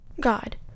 God